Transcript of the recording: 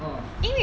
ah